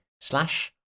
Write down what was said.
slash